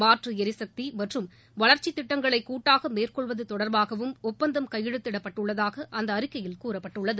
மாற்று எரிசக்தி மற்றும் வளர்ச்சி திட்டங்களை கூட்டாக மேற்கொள்வது தொடர்பாகவும் ஒப்பந்தம் கையெழுத்திடப்பட்டுள்ளதாக அந்த அறிக்கையில் கூறப்பட்டுள்ளது